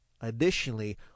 Additionally